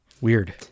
Weird